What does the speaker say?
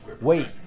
Wait